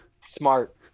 Smart